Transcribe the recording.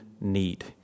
need